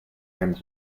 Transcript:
and